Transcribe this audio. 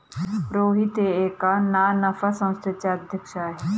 रोहित हे एका ना नफा संस्थेचे अध्यक्ष आहेत